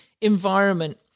environment